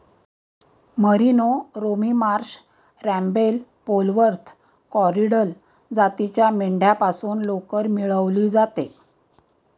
merino, Romney Marsh, Rambouillet, Polwarth, Corriedale जातीच्या मेंढ्यांपासून लोकर मिळवली जाते